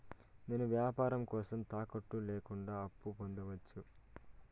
నేను వ్యాపారం కోసం తాకట్టు లేకుండా అప్పు పొందొచ్చా?